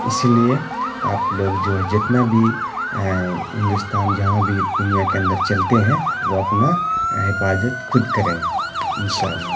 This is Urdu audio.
اسی لیے آپ لوگ جو ہے جتنا بھی ہندوستان جہاں بھی دنیا کے اندر چلتے ہیں وہ اپنا حفاظت خود کریں ان شاء اللہ